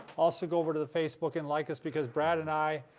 also go over to the facebook and like us because brad and i,